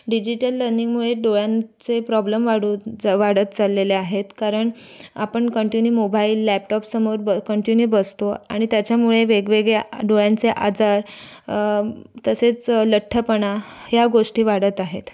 digital लनिंगमुळे डोळ्यांचे problem वाढू वाढत चाललेले आहेत कारण आपण कंटिन्यू मोबाईल लॅपटॉपसमोर ब कंटिन्यू बसतो आणि त्याच्यामुळे वेगवेगळ्या डोळ्यांचे आजार तसेच लठ्ठपणा या गोष्टी वाढत आहेत